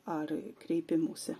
ar kreipimųsi